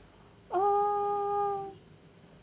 uh